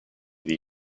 the